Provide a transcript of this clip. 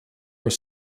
are